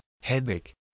headache